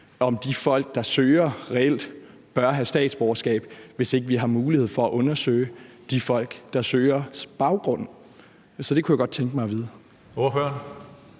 om de folk, der søger, reelt bør få statsborgerskab, hvis ikke vi har mulighed for at undersøge baggrunden hos de folk, der søger. Så det kunne jeg godt tænke mig at få